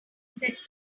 set